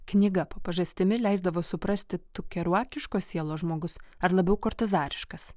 knyga po pažastimi leisdavo suprasti keruakiškos sielos žmogus ar labiau kortizariškas